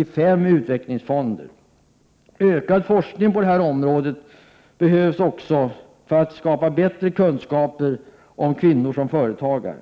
av fem utvecklingsfonder. Ökad forskning behövs också inom detta område för att få en bättre kunskap om kvinnor som företagare.